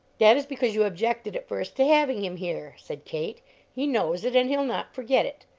that is because you objected at first to having him here, said kate he knows it, and he'll not forget it.